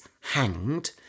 hanged